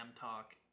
talk